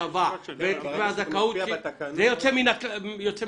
זה יוצא מן הכלל.